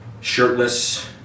shirtless